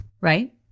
Right